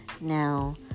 now